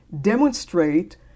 demonstrate